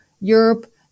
Europe